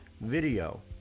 video